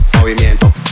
movimiento